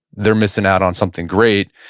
they're missing out on something great,